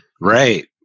Right